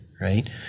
right